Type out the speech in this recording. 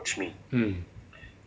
mm